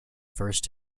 first